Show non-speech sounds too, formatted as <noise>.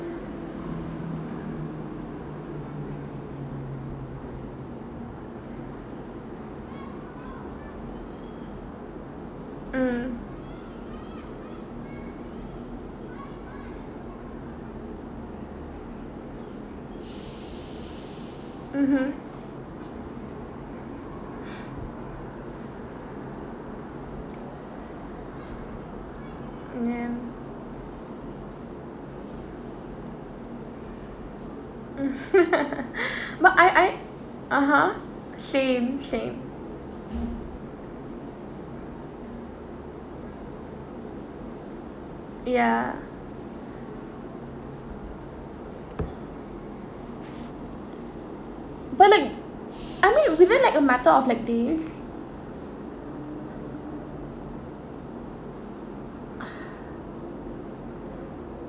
mm mmhmm ya <laughs> but I I (uh huh) same same ya but like I mean within like a matter of like days <breath>